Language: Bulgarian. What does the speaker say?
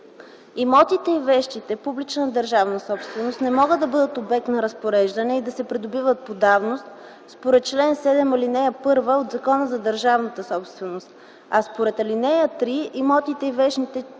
Имотите и вещите - публична държавна собственост, не могат да бъдат обект на разпореждане и да се придобиват по давност според чл. 7, ал. 1 от Закона за държавната собственост, а според ал. 3 имотите и вещите – частна